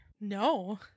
No